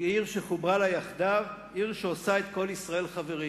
"כעיר שחוברה לה יחדיו" עיר שעושה את כל ישראל חברים.